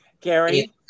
Gary